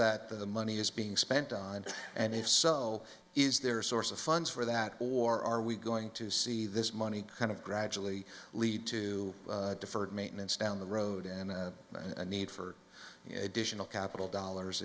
that the money is being spent on and if so is there a source of funds for that or are we going to see this money kind of gradually lead to deferred maintenance down the road and a need for additional capital do